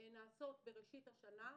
נעשות בראשית השנה.